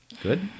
Good